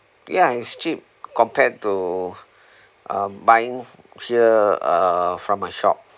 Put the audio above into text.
ya it's cheap compared to uh buying here uh from a shop